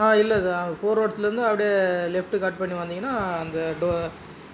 ஆ இல்லை sir four ரோட்ஸ்லேருந்து அப்டியே லெஃப்ட்டு கட் பண்ணி வந்திங்கன்னா அந்த